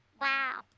Wow